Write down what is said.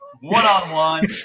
one-on-one